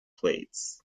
plates